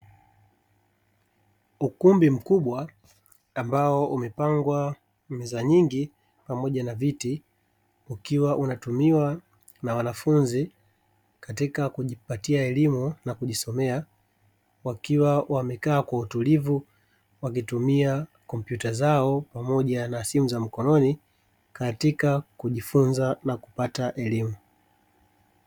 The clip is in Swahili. Ukumbi mkubwa ambao umepangwa meza nyingi pamoja na viti, ukiwa unatumiwa na wanafunzi katika kujipatia elimu na kujisomea; wakiwa wamekaa kwa utulivu wakitumia kompyuta zao pamoja na simu za mkononi, katika kujifunza na kupata elimu.